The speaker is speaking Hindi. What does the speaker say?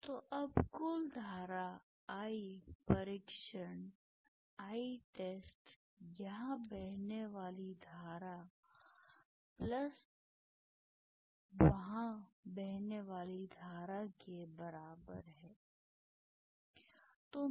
तो अब कुल धारा I परीक्षण यहाँ बहने वाली धारा वहाँ बहने वाली धारा के बराबर है